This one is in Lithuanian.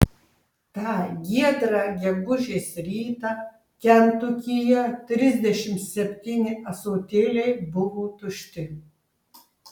tą giedrą gegužės rytą kentukyje trisdešimt septyni ąsotėliai buvo tušti